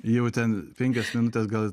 jau ten penkios minutės gal